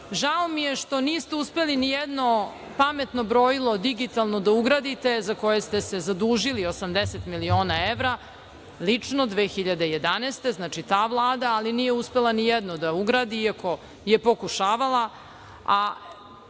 mi je što niste uspeli nijedno pametno brojilo digitalno da ugradite, za koje ste se zadužili 80 miliona evra, lično 2011. godine, ta Vlada, ali nije uspela nijedno da ugradi, iako je pokušavala.